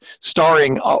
starring